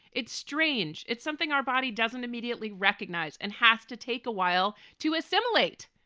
it's strange. it's something our body doesn't immediately recognize and has to take a while to assimilate,